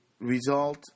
result